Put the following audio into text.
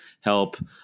help